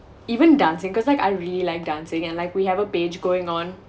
even dancing cause like I really like dancing and like we have a page going on